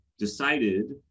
decided